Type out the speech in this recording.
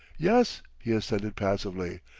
yes, he assented passively,